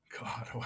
God